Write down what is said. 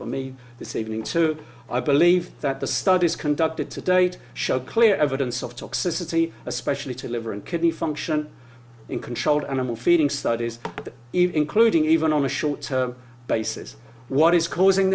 for me this evening to i believe that the studies conducted to date show clear evidence of toxicity especially to liver and kidney function in controlled animal feeding studies including even on a short term basis what is causing